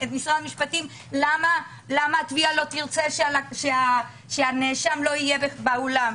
משרד המשפטים למה שהתביעה לא תרצה שהנאשם לא יהיה באולם.